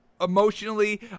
emotionally